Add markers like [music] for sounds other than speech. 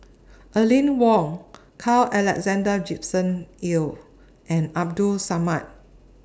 [noise] Aline Wong Carl Alexander Gibson Hill and Abdul Samad